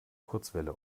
kurzwelle